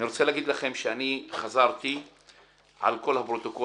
אני רוצה להגיד לכם שאני חזרתי על כל הפרוטוקול.